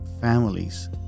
families